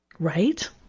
Right